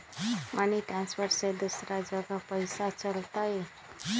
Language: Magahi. मनी ट्रांसफर से दूसरा जगह पईसा चलतई?